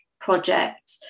project